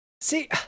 See